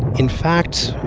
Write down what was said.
in fact,